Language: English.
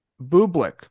Bublik